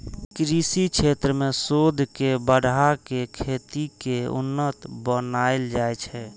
कृषि क्षेत्र मे शोध के बढ़ा कें खेती कें उन्नत बनाएल जाइ छै